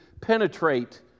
penetrate